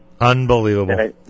Unbelievable